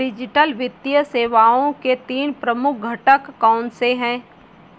digital वित्तीय सेवाओं के तीन मुख्य घटक कौनसे हैं